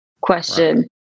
question